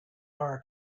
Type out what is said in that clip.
our